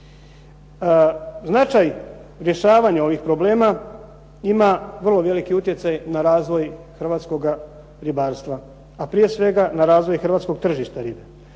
Značaj rješavanja ovih problema ima vrlo veliki utjecaj na razvoj hrvatskoga ribarstva, a prije svega na razvoj hrvatskog tržišta ribe